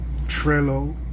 Trello